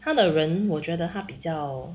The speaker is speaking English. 他的人我觉得他比较